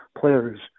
players